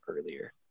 earlier